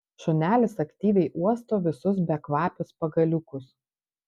šunelis aktyviai uosto visus bekvapius pagaliukus